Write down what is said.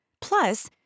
Plus